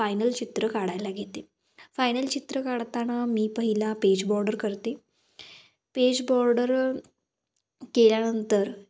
final चित्र काढायला घेते फायनल चित्र काढताना मी पहिला पेज बॉर्डर करते पेज बॉर्डर केल्यानंतर